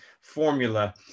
formula